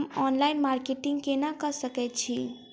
हम online marketing केना कऽ सकैत छी?